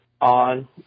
on